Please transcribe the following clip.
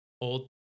old